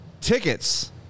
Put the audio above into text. Tickets